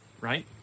right